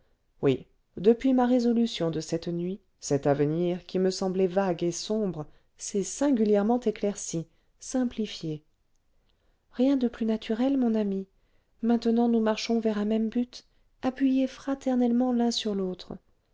oui depuis ma résolution de cette nuit cet avenir qui me semblait vague et sombre s'est singulièrement éclairci simplifié rien de plus naturel mon ami maintenant nous marchons vers un même but appuyés fraternellement l'un sur l'autre